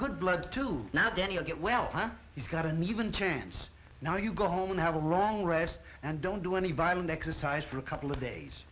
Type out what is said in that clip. good blood too now then you'll get well he's got an even chance now you go home and have a long rest and don't do any by one exercise for a couple of days